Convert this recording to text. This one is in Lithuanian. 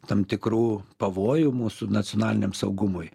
tam tikrų pavojų mūsų nacionaliniam saugumui